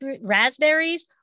raspberries